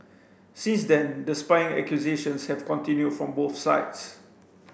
since then the spying accusations have continued from both sides